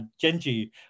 Genji